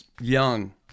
young